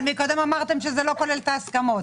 אבל קודם אמרתם שזה לא כולל את ההסכמות.